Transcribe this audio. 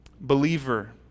Believer